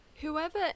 Whoever